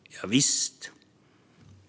Javisst!